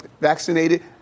vaccinated